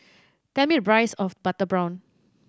tell me the price of butter prawn